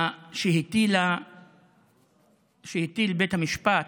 שהטיל בית המשפט